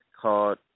called